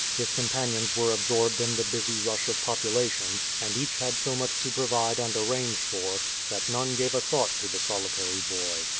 his companions were absorbed in the busy rush of population, and each had so much to provide and arrange for, that none gave a thought to the solitary boy.